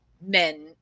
men